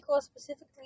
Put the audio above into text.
specifically